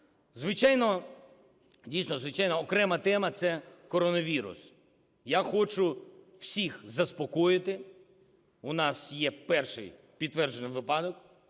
звичайно, окрема тема – це коронавірус. Я хочу всіх заспокоїти, у нас є перший підтверджений випадок,